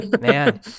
man